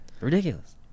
Ridiculous